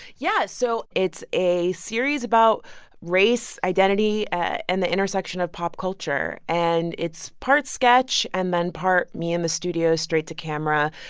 yeah. so it's a series about race, identity and the intersection of pop culture. and it's part sketch and then part me in the studio, straight to camera,